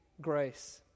grace